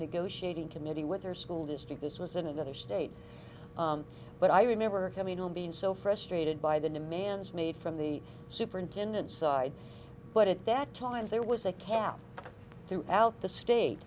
negotiating committee with her school district this was in another state but i remember being so frustrated by the demands made from the superintendent side but at that time there was a cap throughout the state